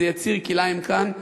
איזה יציר כלאיים כאן,